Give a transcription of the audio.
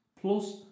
plus